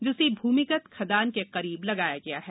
जिसे भूमिगत खदान के करीब लगाया गया है